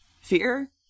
fear